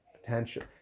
potential